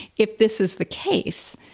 if this is the case,